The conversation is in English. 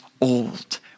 old